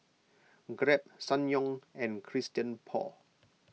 Grab Ssangyong and Christian Paul